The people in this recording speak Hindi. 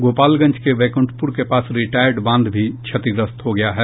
गोपालगंज के बैकुंठपुर के पास रिटायर्ड बांध भी क्षतिग्रस्त हो गया है